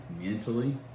mentally